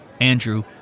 Andrew